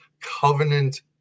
covenant